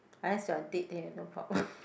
ask your date here no problem